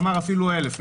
אפילו עד אלף.